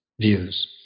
views